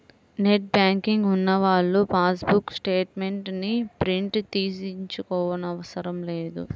net banking ఉన్నవాళ్ళు passbook statements ని print తీయించుకోనవసరం లేదు